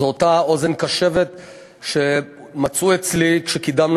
זו אותה אוזן קשבת שמצאו אצלי כשקידמנו